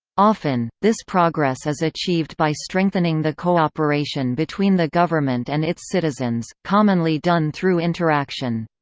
often, this progress is achieved by strengthening the cooperation between the government and its citizens, commonly done through interaction.